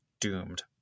doomed